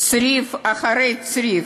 צריף אחרי צריף,